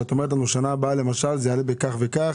כשאת אומרת לנו שבשנה הבאה זה יעלה בכך וכך